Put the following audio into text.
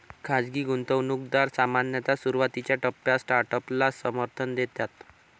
खाजगी गुंतवणूकदार सामान्यतः सुरुवातीच्या टप्प्यात स्टार्टअपला समर्थन देतात